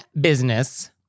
business